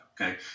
okay